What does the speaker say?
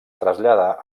traslladar